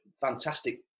fantastic